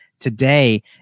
Today